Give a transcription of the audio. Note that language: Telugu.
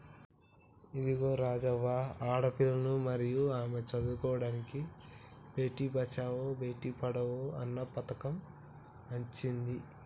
ఇదిగో రాజవ్వ ఆడపిల్లలను మరియు ఆమె చదువుకోడానికి బేటి బచావో బేటి పడావో అన్న పథకం అచ్చింది